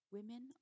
Women